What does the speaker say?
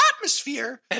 atmosphere